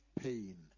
pain